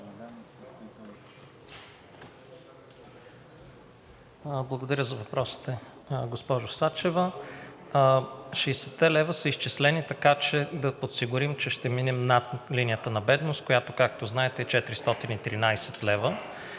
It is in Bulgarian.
Благодаря за въпросите, госпожо Сачева. Шейсетте лева са изчислени така, че да подсигурим, че ще минем над линията на бедност, която, както знаете, е 413 лв.